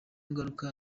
ngaruka